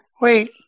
wait